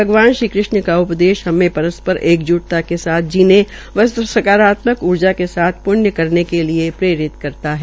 भगवान श्री कृष्ण का उपदेश हम परस्पर एकजूटता के साथ जीने व सकारात्मक ऊर्जा के साथ पृण्य करने के लिये प्रेरित करता है